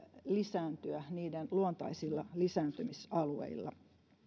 lisääntyä niiden luontaisilla lisääntymisalueilla